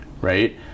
Right